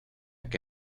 que